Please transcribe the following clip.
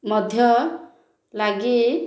ମଧ୍ୟ ଲାଗି